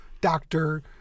doctor